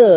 P